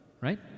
Right